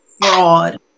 fraud